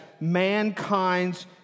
mankind's